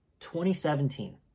2017